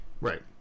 Right